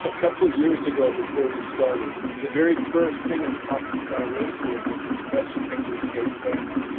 couple of years ago before we started. the very first thing at the top of the dry-erase board was this question, can you escape family?